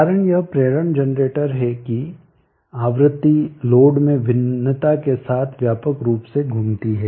कारण यह प्रेरण जनरेटर है कि आवृत्ति लोड में भिन्नता के साथ व्यापक रूप से घूमती है